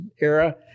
era